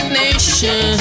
nation